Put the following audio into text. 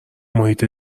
محیط